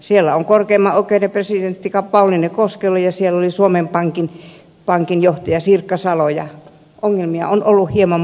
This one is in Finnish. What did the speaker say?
siellä on korkeimman oikeuden presidentti pauliine koskelo ja siellä oli suomen pankin johtaja sinikka salo ja ongelmia on ollut hieman molemmissa